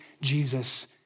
Jesus